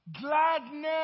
gladness